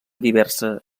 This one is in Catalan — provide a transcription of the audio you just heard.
diversa